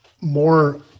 more